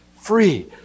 free